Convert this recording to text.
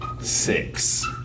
six